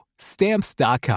Stamps.com